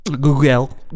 Google